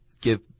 give